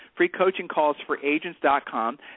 freecoachingcallsforagents.com